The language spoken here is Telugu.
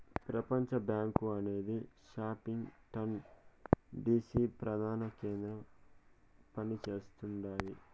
ప్రపంచబ్యాంకు అనేది వాషింగ్ టన్ డీసీ ప్రదాన కేంద్రంగా పని చేస్తుండాది